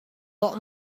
old